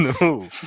No